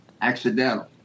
accidental